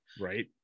Right